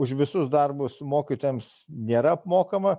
už visus darbus mokytojams nėra apmokama